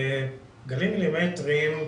גלים מילימטריים,